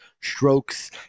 strokes